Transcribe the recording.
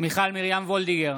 מיכל מרים וולדיגר,